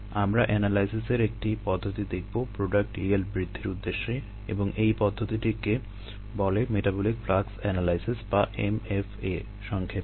আমরা এনালাইসিসের একটি পদ্ধতি দেখবো প্রোডাক্ট ইয়েল্ড বৃদ্ধির উদ্দেশ্যে এবং এই পদ্ধতিটিকে বলে মেটাবলিক ফ্লাক্স এনালাইসিস বা MFA সংক্ষেপে